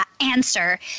answer